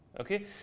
Okay